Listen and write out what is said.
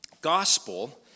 Gospel